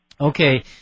okay